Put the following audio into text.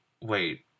wait